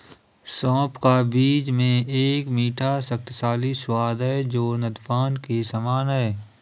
सौंफ का बीज में एक मीठा, शक्तिशाली स्वाद है जो नद्यपान के समान है